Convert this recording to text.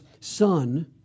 son